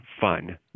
fun